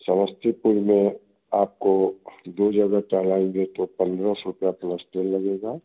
समस्तीपुर में आपको दो जगह चलाएँगे तो पंद्रह सौ रुपये प्लस तेल लगेगा